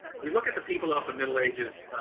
we look at the people of the middle ages,